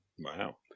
Wow